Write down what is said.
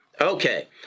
Okay